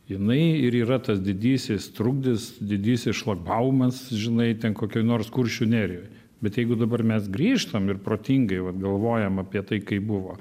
jinai ir yra tas didysis trukdis didysis šlagbaumas žinai ten kokioj nors kuršių nerijoj bet jeigu dabar mes grįžtam ir protingai vat galvojam apie tai kaip buvo